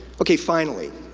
okay, finally,